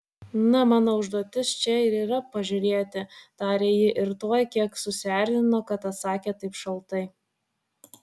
na mano užduotis čia ir yra pažiūrėti tarė ji ir tuoj kiek susierzino kad atsakė taip šaltai